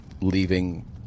leaving